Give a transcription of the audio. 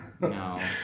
No